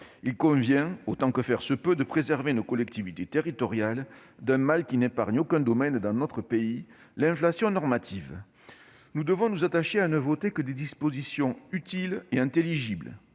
Il convient, autant que faire se peut, de préserver nos collectivités territoriales d'un mal qui n'épargne aucun domaine dans notre pays : l'inflation normative. Nous devons nous attacher à ne voter que des dispositions utiles et intelligibles.